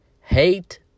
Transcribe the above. hate